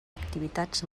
activitats